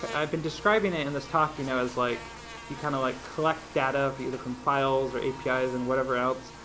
i have been describing it in this talk you know as like you kind of like collect data, either from files or apis and whatever else,